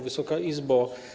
Wysoka Izbo!